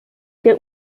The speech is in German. der